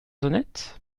honnête